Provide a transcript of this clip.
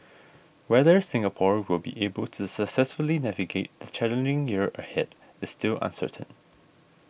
whether Singapore will be able to successfully navigate the challenging year ahead is still uncertain